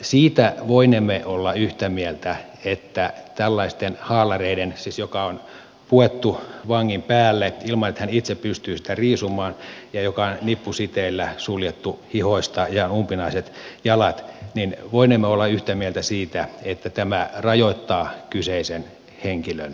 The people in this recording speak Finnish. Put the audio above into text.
siitä voinemme olla yhtä mieltä että tällaisten haalareiden jotka siis on puettu vangin päälle ilman että hän itse pystyy niitä riisumaan ja jotka on nippusiteillä suljettu hihoista ja on umpinaiset jalat niin voine olla yhtä mieltä siitä että käyttö rajoittaa kyseisen henkilön oikeuksia